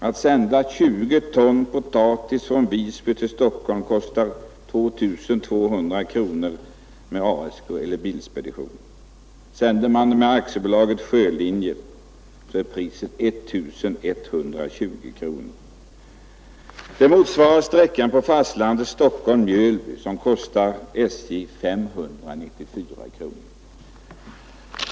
Att sända 20 ton potatis från Visby till Stockholm kostade då 2 200 kronor med ASG eller Bilspedition. Sände man partiet med Aktiebolaget Sjölinjer, var priset 1 120 kronor. Transporten motsvarar på fastlandet sträckan Stockholm-—-Mjölby, där fraktkostnaden med SJ är 594 kronor.